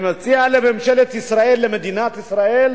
אני מציע לממשלת ישראל ולמדינת ישראל